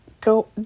go